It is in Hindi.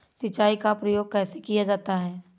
सिंचाई का प्रयोग कैसे किया जाता है?